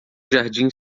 jardim